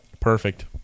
Perfect